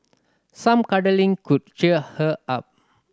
some cuddling could cheer her up